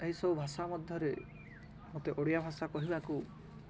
ଏହିସବୁ ଭାଷା ମଧ୍ୟରେ ମତେ ଓଡ଼ିଆ ଭାଷା କହିବାକୁ